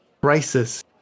crisis